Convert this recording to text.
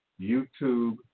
YouTube